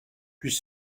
puis